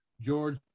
George